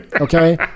Okay